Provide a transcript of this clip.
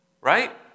right